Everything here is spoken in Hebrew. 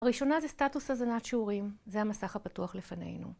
הראשונה זה סטטוס הזנת שיעורים, זה המסך הפתוח לפנינו.